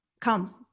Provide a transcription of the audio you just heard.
come